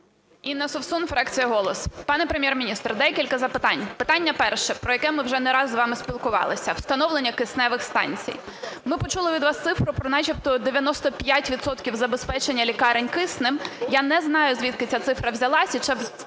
Інна Совсун, фракція "Голос". Пане Прем'єр-міністре, декілька запитань. Питання перше, про яке ми вже не раз з вами спілкувалися: встановлення кисневих станцій. Ми почули від вас цифру про начебто 95 відсотків забезпечення лікарень киснем. Я не знаю, звідки ця цифра взялася, чи